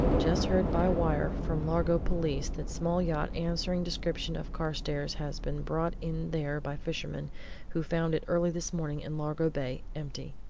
just heard by wire from largo police that small yacht answering description of carstairs' has been brought in there by fishermen who found it early this morning in largo bay, empty.